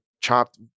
chopped